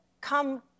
come